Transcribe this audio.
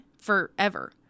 forever